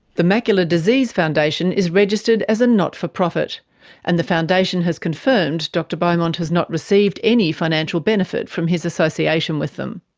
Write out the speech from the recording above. the macular disease foundation is registered as a not-for-profit and the foundation has confirmed dr beaumont he has not received any financial benefit from his association with them.